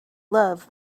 love